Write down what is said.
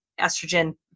estrogen